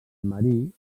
marí